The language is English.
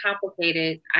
complicated